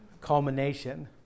culmination